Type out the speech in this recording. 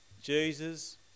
Jesus